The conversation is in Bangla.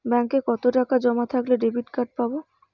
ব্যাঙ্কে কতটাকা জমা থাকলে ডেবিটকার্ড পাব?